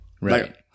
Right